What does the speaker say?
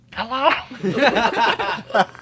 Hello